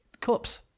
Cups